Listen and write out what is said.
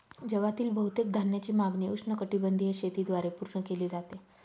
जगातील बहुतेक धान्याची मागणी उष्णकटिबंधीय शेतीद्वारे पूर्ण केली जाते